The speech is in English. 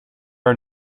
are